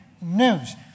news